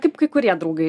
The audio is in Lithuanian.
kaip kai kurie draugai